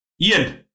Ian